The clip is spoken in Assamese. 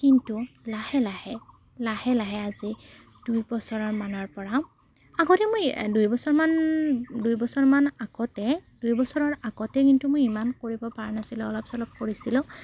কিন্তু লাহে লাহে লাহে লাহে আজি দুইবছৰমানৰপৰা আগতে মই দুবছৰমান দুবছৰমান আগতে দুবছৰৰ আগতে কিন্তু মই ইমান কৰিব পৰা নাছিলোঁ অলপ চলপ কৰিছিলোঁ